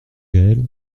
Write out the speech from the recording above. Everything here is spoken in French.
gaël